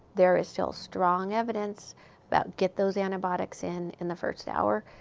there is still strong evidence about get those antibiotics in, in the first hour.